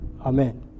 Amen